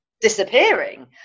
disappearing